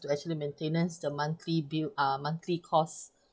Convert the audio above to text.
to actually maintenance the monthly bill uh monthly costs